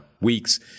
weeks